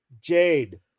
Jade